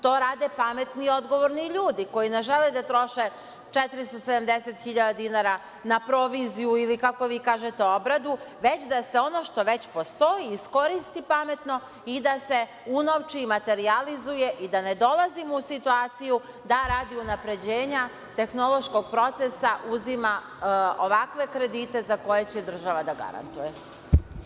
To rade pametni i odgovorni ljudi koji ne žele da troše 470.000 dinara na proviziju ili kako vi kažete obradu, već da se ono što već postoji iskoristi pametno i da se unovči, materijalizuje i da ne dolazimo u situaciju da radi unapređenja tehnološkog procesa uzima ovakve kredite za koje će država da garantuje.